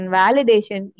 validation